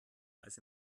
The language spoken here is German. als